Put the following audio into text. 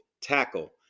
Tackle